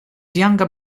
younger